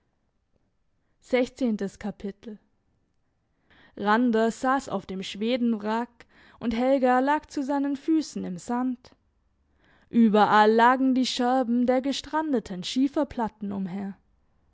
randers sass auf dem schwedenwrack und helga lag zu seinen füssen im sand überall lagen die scherben der gestrandeten schieferplatten umher